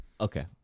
Okay